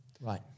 Right